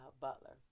butler